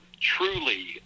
truly